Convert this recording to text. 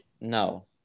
No